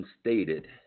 stated